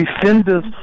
Defenders